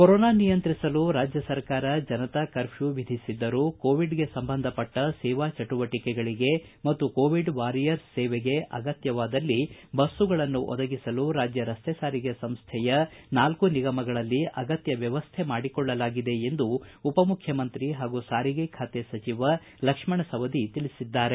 corona ನಿಯಂತ್ರಿಸಲು ರಾಜ್ಯ ಸರ್ಕಾರ ಜನತಾ ಕರ್ಪ್ಯೂ ವಿಧಿಸಿದ್ದರೂ ಕೋವಿಡ್ಗೆ ಸಂಬಂಧಪಟ್ಟ ಸೇವಾ ಚಟುವಟಿಕೆಗಳಿಗೆ ಮತ್ತು ಕೋವಿಡ್ ವಾರಿಯರ್ಸ್ ಸೇವೆಗೆ ಅಗತ್ಯವಾದಲ್ಲಿ ಬಸ್ತುಗಳನ್ನು ಒದಗಿಸಲು ರಾಜ್ಯ ರಸ್ತೆ ಸಾರಿಗೆ ಸಂಸ್ಥೆಯ ನಾಲ್ಕೂ ನಿಗಮಗಳಲ್ಲಿ ಅಗತ್ಯ ಮ್ಯವಸ್ಥೆ ಮಾಡಿಕೊಳ್ಳಲಾಗಿದೆ ಎಂದು ಉಪ ಮುಖ್ಯಮಂತ್ರಿ ಹಾಗೂ ಸಾರಿಗೆ ಖಾತೆ ಸಚಿವ ಲಕ್ಷ್ಮಣ ಸವದಿ ತಿಳಿಸಿದ್ದಾರೆ